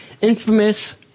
infamous